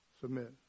submit